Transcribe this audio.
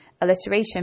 alliteration